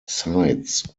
sides